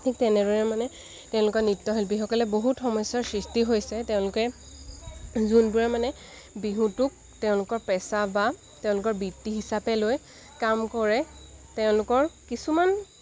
ঠিক তেনেদৰে মানে তেওঁলোকৰ নৃত্যশিল্পীসকলে বহুত সমস্যাৰ সৃষ্টি হৈছে তেওঁলোকে যোনবোৰে মানে বিহুটোক তেওঁলোকৰ পেচা বা তেওঁলোকৰ বৃত্তি হিচাপে লৈ কাম কৰে তেওঁলোকৰ কিছুমান